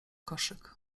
koszyk